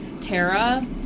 Tara